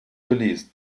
geleast